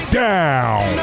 down